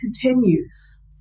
continues